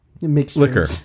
liquor